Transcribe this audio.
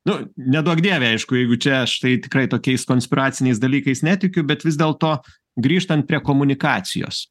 nu neduok dieve aišku jau čia aš tikrai tokiais konspiraciniais dalykais netikiu bet vis dėlto grįžtant prie komunikacijos